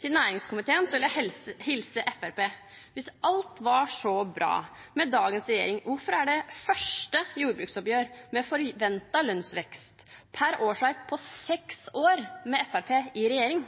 Til næringskomiteen vil jeg hilse Fremskrittspartiet. Hvis alt var så bra med dagens regjering, hvorfor er det det første jordbruksoppgjøret på seks år med forventet lønnsvekst per årsverk med Fremskrittspartiet i regjering?